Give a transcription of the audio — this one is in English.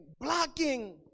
blocking